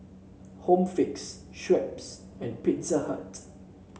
Home Fix Schweppes and Pizza Hut